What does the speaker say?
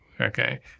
Okay